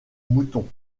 mouton